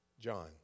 John